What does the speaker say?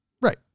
Right